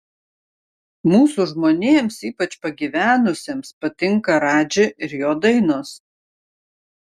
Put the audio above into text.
mūsų žmonėms ypač pagyvenusiems patinka radži ir jo dainos